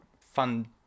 fun